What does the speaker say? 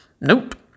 Nope